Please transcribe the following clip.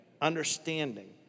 understanding